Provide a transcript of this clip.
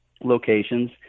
locations